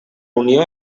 unió